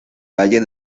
valle